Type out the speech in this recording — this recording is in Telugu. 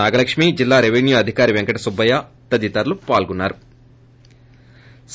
నాగలక్ష్మి జిల్లా రెవెన్యూ అధికారి పెంకట సుబ్బయ్య తదితరులు పాల్గొన్నా రు